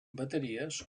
bateries